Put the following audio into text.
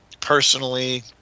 personally